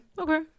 okay